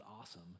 awesome